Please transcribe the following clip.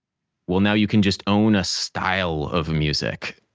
well now you can just own a style of music,